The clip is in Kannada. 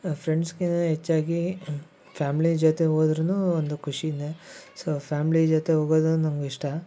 ಫ್ರೆಂಡ್ಸ್ಕಿಂತ ಹೆಚ್ಚಾಗೀ ಫ್ಯಾಮ್ಳಿ ಜೊತೆ ಹೋದ್ರು ಒಂದು ಖುಷಿನೇ ಸೊ ಫ್ಯಾಮ್ಳಿ ಜೊತೆ ಹೋಗೋದು ನಮ್ಗೆ ಇಷ್ಟ